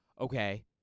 okay